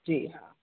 जी हा